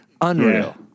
Unreal